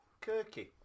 Kirky